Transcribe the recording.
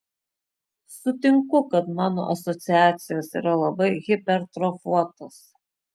sutinku kad mano asociacijos yra labai hipertrofuotos